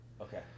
Okay